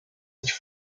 sich